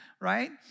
right